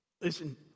Listen